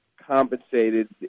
compensated